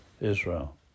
Israel